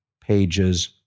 pages